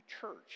church